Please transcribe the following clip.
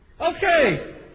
Okay